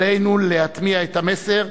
עלינו להטמיע את המסר,